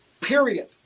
period